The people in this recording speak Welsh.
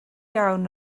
iawn